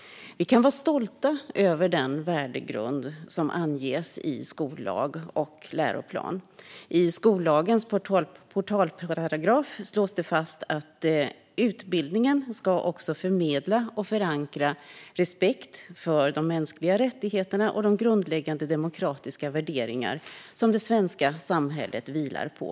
Vi kan vara stolta över den värdegrund som anges i skollag och läroplan. I skollagens portalparagraf slås följande fast: "Utbildningen ska också förmedla och förankra respekt för de mänskliga rättigheterna och de grundläggande demokratiska värderingar som det svenska samhället vilar på."